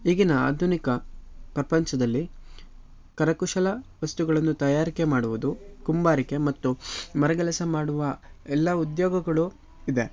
ಈಗಿನ ಆಧುನಿಕ ಪ್ರಪಂಚದಲ್ಲಿ ಕರಕುಶಲ ವಸ್ತುಗಳನ್ನು ತಯಾರಿಕೆ ಮಾಡುವುದು ಕುಂಬಾರಿಕೆ ಮತ್ತು ಮರಗೆಲಸ ಮಾಡುವ ಎಲ್ಲ ಉದ್ಯೋಗಗಳು ಇದೆ